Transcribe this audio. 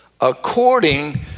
according